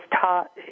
taught